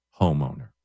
homeowner